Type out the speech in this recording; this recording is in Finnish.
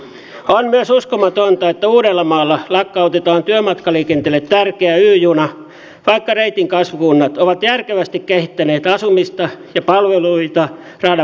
on myös uskomatonta että uudellamaalla lakkautetaan työmatkaliikenteelle tärkeä y juna vaikka reitin kasvukunnat ovat järkevästi kehittäneet asumista ja palveluja radan varteen